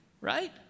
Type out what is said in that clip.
Right